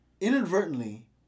inadvertently